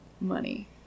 money